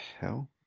hell